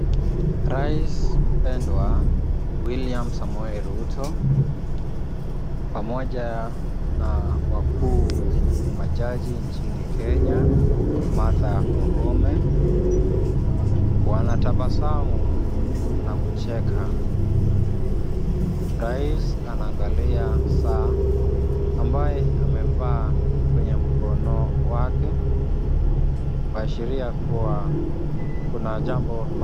Rais mpendwa William Samoei Ruto, pamoja na wakuu wa majaji nchini Kenya, Martha Koome, wanatabasamu na kucheka. Rais anaangalia saa ambaye amevaa kwenye mkono wake, kuashiria kuwa kuna jambo ambalo...